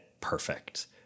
perfect